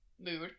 mood